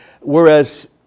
whereas